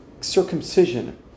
circumcision